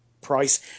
price